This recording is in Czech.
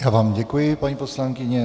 Já vám děkuji, paní poslankyně.